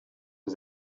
was